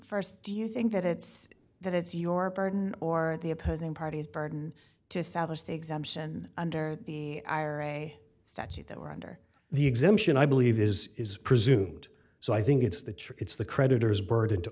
first do you think that it's that it's your burden or the opposing parties burden to sadler's the exemption under the eye or a statute that were under the exemption i believe is presumed so i think it's the true it's the creditors burden to